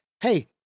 hey